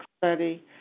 Study